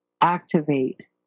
Activate